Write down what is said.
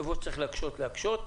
איפה שצריך להקשות להקשות.